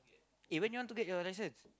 eh when you want to get your license